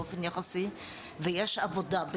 באופן יחסי ויש עבודה,